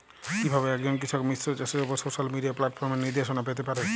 কিভাবে একজন কৃষক মিশ্র চাষের উপর সোশ্যাল মিডিয়া প্ল্যাটফর্মে নির্দেশনা পেতে পারে?